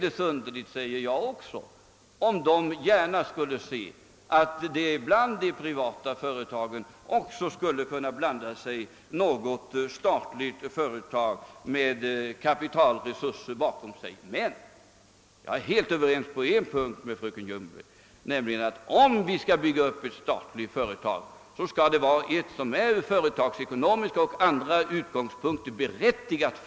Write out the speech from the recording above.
Jag tycker heller inte att det är underligt om man då i Oskarshamn gärna ser att de privata företagen blandades upp med något statligt företag med kapitalresurser bakom sig. Jag är helt ense med fröken Ljungberg om att skall vi bygga upp ett statligt företag, så skall detta från företagsekonomiska och andra utgångspunkter vara motiverat.